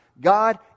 God